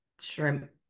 shrimp